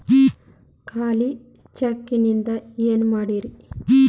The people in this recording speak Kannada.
ಖಾಲಿ ಚೆಕ್ ನಿಂದ ಏನ ಮಾಡ್ತಿರೇ?